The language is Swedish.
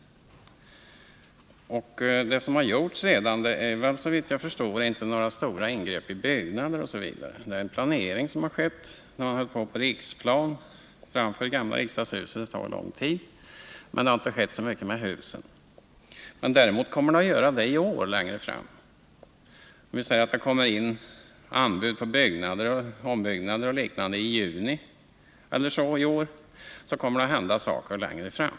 Onsdagen den Det som redan gjorts är väl, såvitt jag förstår, inte några stora ingrepp i 16 april 1980 byggnaderna. Det har skett en planering, och man har grävt upp Riksplan. Detta har tagit lång tid, men det har inte skett så mycket med husen. Däremot kan det bli fråga om ingrepp i byggnaderna senare under året. Säg att det kommer in anbud på ombyggnader m.m. i juni — då kommer det att hända saker längre fram.